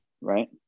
right